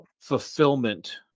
fulfillment